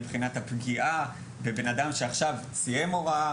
מבחינת הפגיעה בבן אדם שעכשיו סיים הוראה,